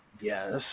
yes